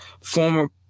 former